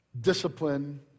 discipline